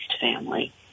family